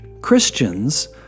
Christians